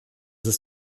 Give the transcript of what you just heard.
ist